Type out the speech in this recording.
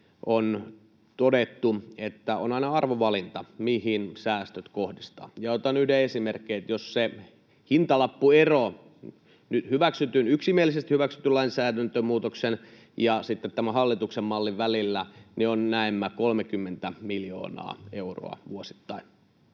on todettu, että on aina arvovalinta, mihin säästöt kohdistaa. Otan yhden esimerkin: Jos se hintalappuero yksimielisesti hyväksytyn lainsäädäntömuutoksen ja tämän hallituksen mallin välillä on näemmä 30 miljoonaa euroa vuosittain,